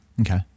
Okay